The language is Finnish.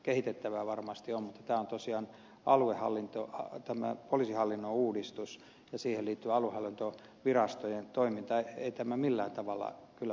kehitettävää varmasti on mutta tässä on kysymys tosiaan poliisihallinnon uudistuksesta ja siihen liittyvästä aluehallintovirastojen toiminnasta ei tämä kyllä millään tavalla minun mielestäni